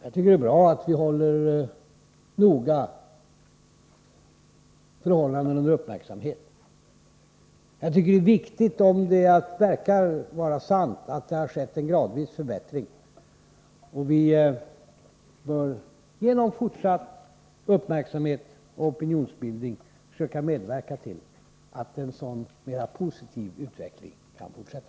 Det är bra att vi har vår uppmärksamhet riktad på förhållandena. Och jag tycker det är viktigt att det — vilket verkar vara sant — har skett en gradvis förbättring. Vi bör genom fortsatt uppmärksamhet och opinionsbildning försöka medverka till att en sådan mera positiv utveckling kan fortsätta.